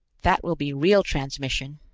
that will be real transmission.